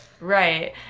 Right